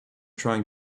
trying